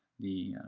the